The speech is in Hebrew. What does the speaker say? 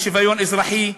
של שוויון אזרחי,